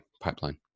pipeline